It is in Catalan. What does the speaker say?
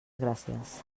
gràcies